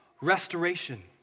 Restoration